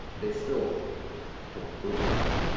they still took the fruiting body,